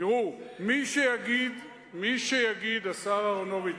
תראו, מי שיגיד, השר אהרונוביץ,